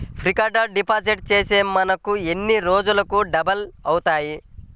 Fixed deposit చేస్తే మనకు ఎన్ని రోజులకు డబల్ అవుతాయి?